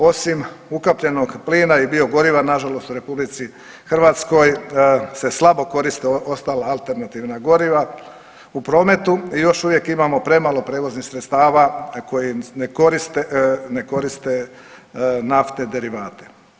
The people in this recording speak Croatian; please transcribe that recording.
Osim ukapljenog plina i biogoriva nažalost u RH se slabo koriste ostala alternativna goriva u prometu i još uvijek imamo premalo prevoznih sredstava koji ne koriste, ne koriste nafte derivate.